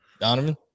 Donovan